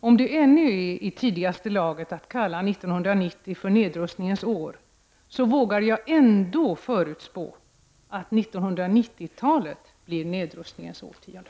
Om det ännu är i tidigaste laget att kalla 1990 för nedrustningens år, vågar jag ändå förutspå att 1990 talet blir nedrustningens årtionde.